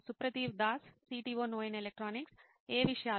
సుప్రతీవ్ Das CTO నోయిన్ electronics ఏ విషయాలు